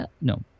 no